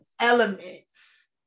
elements